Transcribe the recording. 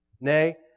Nay